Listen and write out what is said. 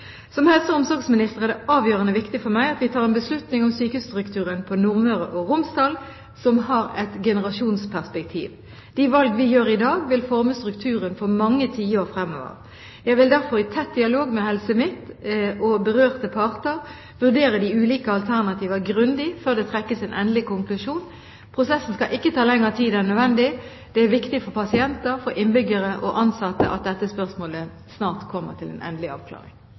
Som helse- og omsorgsminister er det avgjørende viktig for meg at vi tar en beslutning om sykehusstrukturen på Nordmøre og Romsdal som har et generasjonsperspektiv. De valg vi gjør i dag, vil forme strukturen for mange tiår fremover. Jeg vil derfor i tett dialog med Helse Midt-Norge og berørte parter vurdere de ulike alternativer grundig før det trekkes en endelig konklusjon. Prosessen skal ikke ta lengre tid enn nødvendig. Det er viktig for pasienter, innbyggere og ansatte at dette spørsmålet snart kommer til en endelig avklaring.